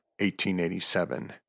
1887